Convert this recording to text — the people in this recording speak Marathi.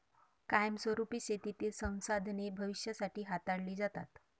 कायमस्वरुपी शेतीतील संसाधने भविष्यासाठी हाताळली जातात